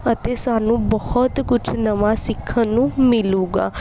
ਅਤੇ ਸਾਨੂੰ ਬਹੁਤ ਕੁਝ ਨਵਾਂ ਸਿੱਖਣ ਨੂੰ ਮਿਲੂਗਾ